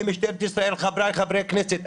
וחברי הכנסת.